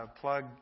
plug